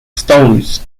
stones